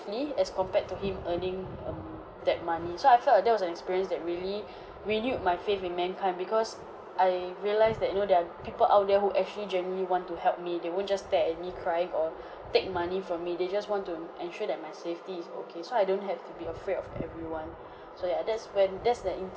as compared to him earning um that money so I felt like that was an experience that really renewed my faith in mankind because I realise that you know there are people out there who actually generally want to help me they won't just stare at me crying or take money from me they just want to ensure that my safety is okay so I don't have to be afraid of everyone so yeah that's when that's the